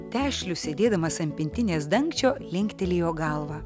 tešlius sėdėdamas ant pintinės dangčio linktelėjo galva